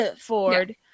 ford